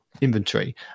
inventory